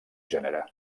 gènere